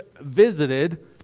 visited